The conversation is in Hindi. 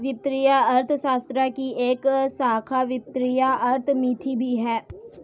वित्तीय अर्थशास्त्र की एक शाखा वित्तीय अर्थमिति भी है